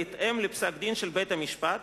בהתאם לפסק-דין של בית-המשפט,